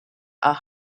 are